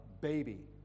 Baby